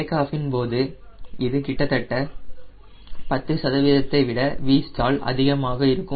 take off இன் போது இது கிட்டத்தட்ட 10 சதவீதத்தை விட Vstall அதிகமாக இருக்கும்